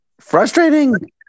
frustrating